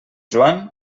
joan